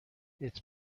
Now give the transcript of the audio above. its